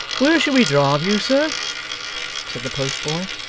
where shall we drive you, sir said the post-boy.